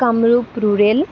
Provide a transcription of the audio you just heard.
Kamrup rural